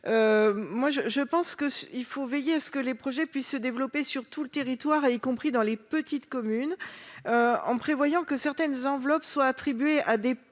convient de veiller à ce que les projets puissent se développer sur l'ensemble du territoire, y compris dans les petites communes, en prévoyant que certaines enveloppes soient attribuées à de